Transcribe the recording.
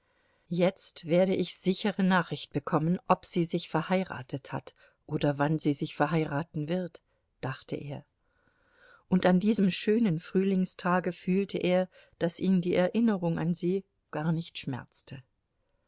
jetzt werde ich sichere nachricht bekommen ob sie sich verheiratet hat oder wann sie sich verheiraten wird dachte er und an diesem schönen frühlingstage fühlte er daß ihn die erinnerung an sie gar nicht schmerzte